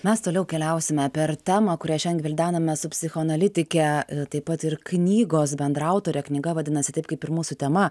mes toliau keliausime per temą kurią šian gvildename su psichoanalitike taip pat ir knygos bendraautore knyga vadinasi taip kaip ir mūsų tema